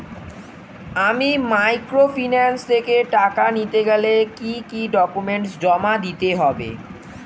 আমি মাইক্রোফিন্যান্স থেকে টাকা নিতে গেলে কি কি ডকুমেন্টস জমা দিতে হবে?